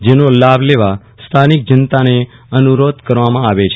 જેનો લાભ લેવા સ્થાનિક જનતાને અનુરોધ કરવામાં આવે છે